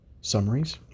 summaries